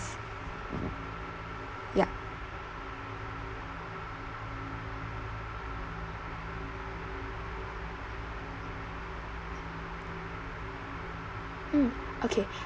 ya mm okay